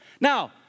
Now